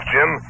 Jim